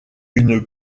une